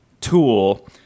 tool